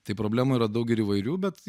tai problemų yra daug ir įvairių bet